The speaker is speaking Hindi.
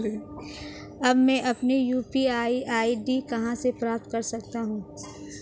अब मैं अपनी यू.पी.आई आई.डी कहां से प्राप्त कर सकता हूं?